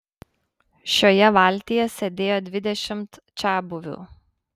šioje valtyje sėdėjo dvidešimt čiabuvių